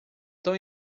tão